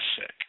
sick